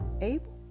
able